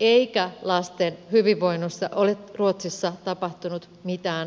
eikä lasten hyvinvoinnissa ole ruotsissa tapahtunut mitään romahdusta